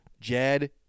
Jed